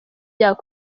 colonel